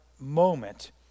moment